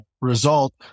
result